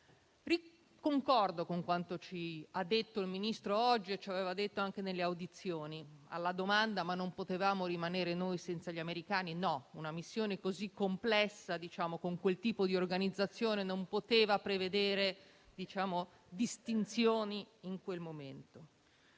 Concordo con quanto ci ha detto il Ministro oggi e ci aveva detto anche nelle audizioni, in risposta alla domanda se non fossimo potuti rimanere noi senza gli americani. No, una missione così complessa, con quel tipo di organizzazione, non poteva prevedere distinzioni in quel momento.